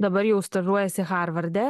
dabar jau stažuojiesi harvarde